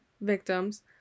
victims